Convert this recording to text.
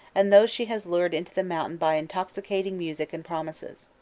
and those she has lured into the mountain by intoxicating music and promises.